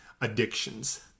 addictions